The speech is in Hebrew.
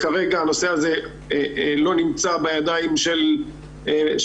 כרגע הנושא הזה לא נמצא בידיים של החמ"ד,